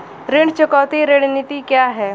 ऋण चुकौती रणनीति क्या है?